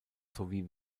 sowie